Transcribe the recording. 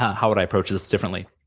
how would i approach this differently,